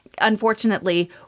Unfortunately